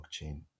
blockchain